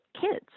kids